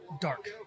dark